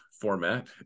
format